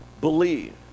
believe